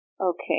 Okay